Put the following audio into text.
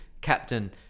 captain